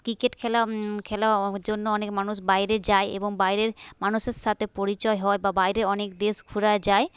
cricket খেলা খেলার জন্য অনেক মানুষ বাইরে যায় এবং বাইরের মানুষের সাথে পরিচয় হয় বা বাইরে অনেক দেশ ঘোরা যায়